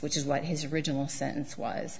which is what his original sentence w